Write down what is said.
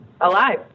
alive